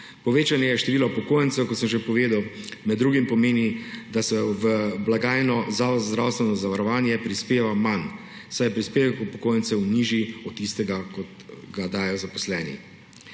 Povečanje števila upokojencev, kot sem že povedal, med drugim pomeni, da se v blagajno Zavoda za zdravstveno zavarovanje prispeva manj, saj je prispevek upokojencev nižji od tistega, kot ga dajo zaposleni.